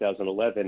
2011